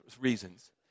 reasons